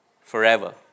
forever